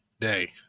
day